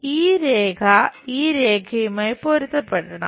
എന്നാൽ ഈ രേഖ ഈ രേഖയുമായി പൊരുത്തപ്പെടണം